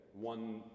one